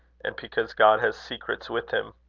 and because god has secrets with him.